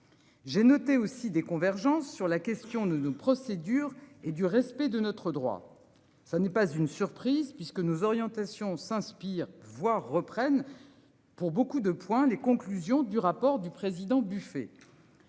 J'ai noté aussi des convergences sur la question de de procédure et du respect de notre droit, ça n'est pas une surprise puisque nos orientations s'inspire. Reprennent. Pour beaucoup de points. Les conclusions du rapport du président Buffet.